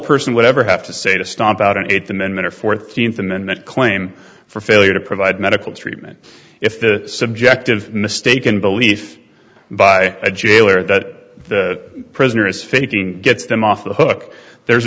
person would ever have to say to stomp out an eighth amendment or for thirteenth amendment claim for failure to provide medical treatment if the subjective mistaken belief by a jailer that the prisoner is faking gets them off the hook there's